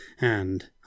And